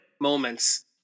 moments